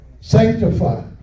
sanctified